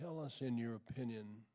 tell us in your opinion